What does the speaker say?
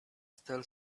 still